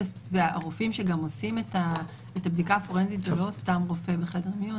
והרופאים שעושים את הבדיקה הפורנזית זה לא סתם רופא בחדר מיון,